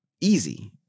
easy